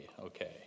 Okay